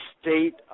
state